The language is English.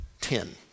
Ten